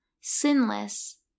sinless